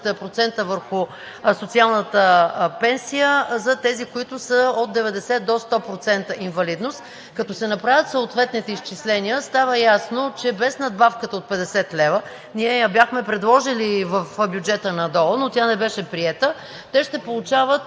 и 120% върху социалната пенсия за тези, които са от 90 до 100%. Като се направят съответните изчисления, става ясно, че без надбавката от 50 лв. ние я бяхме предложили и в бюджета на ДОО, но тя не беше приета, те ще получават